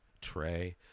Trey